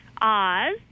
Oz